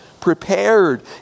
prepared